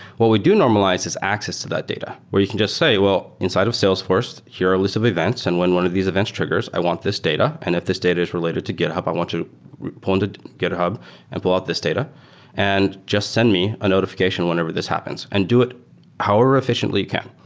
what we do normalize is access to that data where you can just say, well, inside of salesforce, here are lists of events, and when one of these events triggers, i want this data, and if this data is related to github, i want to pull into github and pull out this data and just send me a notification whenever this happens and do it however efficiently you can.